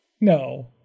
no